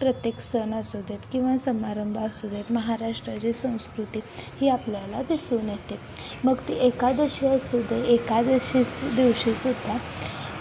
प्रत्येक सण असू देत किंवा समारंभ असू देत महाराष्ट्राची संस्कृती ही आपल्याला दिसून येते मग ती एकादशी असू दे एकादशी दिवशीसुद्धा